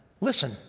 listen